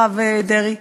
הרב דרעי.